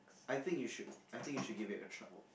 I think you should I think you should give it a try